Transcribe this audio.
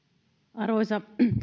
arvoisa